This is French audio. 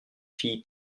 fille